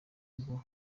ngo